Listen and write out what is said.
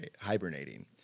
hibernating